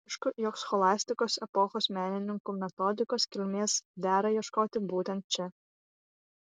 aišku jog scholastikos epochos menininkų metodikos kilmės dera ieškoti būtent čia